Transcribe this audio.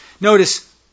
Notice